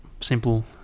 simple